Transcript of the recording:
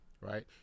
right